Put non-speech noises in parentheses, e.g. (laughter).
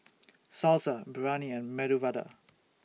(noise) Salsa Biryani and Medu Vada